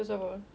ya